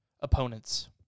opponents